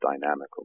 dynamical